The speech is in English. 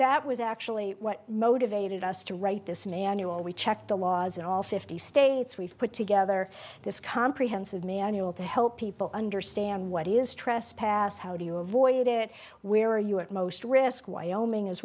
that was actually what motivated us to write this manual and we check the laws in all fifty states we've put together this comprehensive manual to help people understand what is trespass so how do you avoid it where are you at most risk wyoming is